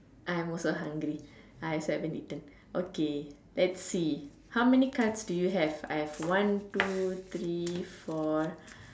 I'm also hungry I also haven't eaten okay let's see how many cards do you have I have one two three four